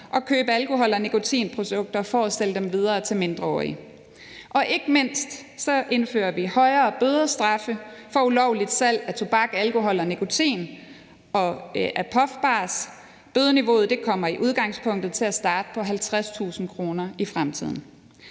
at købe alkohol og nikotinprodukter for at sælge dem videre til mindreårige, og ikke mindste indfører vi højere bødestraffe for ulovlig salg af tobak, alkohol, nikotin og puffbarer. Bødeniveauet kommer i udgangspunktet til at starte på 50.000 kr. i fremtiden.